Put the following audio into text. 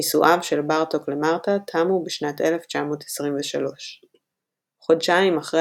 נישואיו של בארטוק למרתה תמו בשנת 1923. חודשיים אחרי